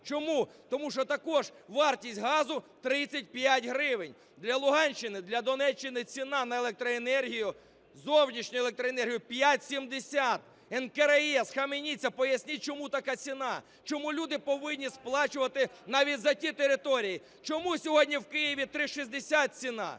Чому? Тому що також вартість газу 35 гривень. Для Луганщини, для Донеччини ціна на електроенергію, зовнішню електроенергію – 5,70. НКРЕ схаменіться! Поясніть, чому така ціна, чому люди повинні сплачувати навіть за ті території. Чому сьогодні в Києві 3,60 ціна?